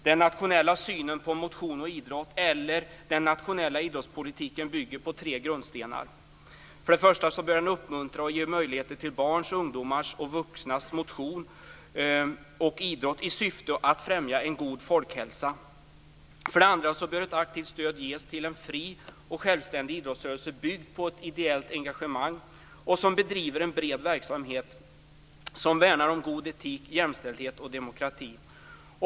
Den nationella synen på motion och idrott, eller den nationella idrottspolitiken, bygger på tre grundstenar: För det första bör den uppmuntra och ge möjligheter till barns, ungdomars och vuxnas motion och idrott i syfte att främja en god folkhälsa. För det andra bör ett aktivt stöd ges till en fri och självständig idrottsrörelse byggd på ett ideellt engagemang och som bedriver en bred verksamhet som värnar om god etik, jämställdhet och demokrati.